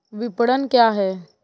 विपणन क्या है?